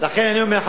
לכן אני אומר,